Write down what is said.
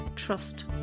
trust